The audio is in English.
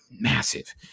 massive